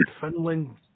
Finland